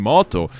Moto